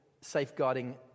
safeguarding